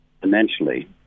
financially